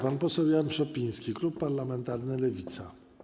Pan poseł Jan Szopiński, klub parlamentarny Lewica.